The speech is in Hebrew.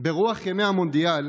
ברוח ימי המונדיאל,